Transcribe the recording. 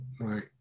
right